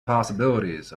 possibilities